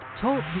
talk